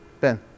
Ben